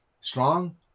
strong